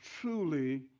truly